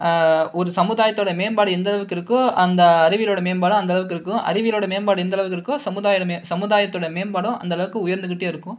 ஒரு சமுதாயத்தோடா மேம்பாடு எந்த அளவுக்கு இருக்கோ அந்த அறிவியலோட மேம்பாடு அந்த அளவுக்கு இருக்கும் அறிவியலோட மேம்பாடு எந்த அளவுக்கு இருக்கோ சமுதாயத்தோட மேம்பாடும் அந்த அளவுக்கு உயர்ந்துகிட்டே இருக்கும்